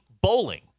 bowling